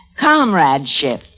comradeship